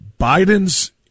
Biden's